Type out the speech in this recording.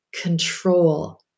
control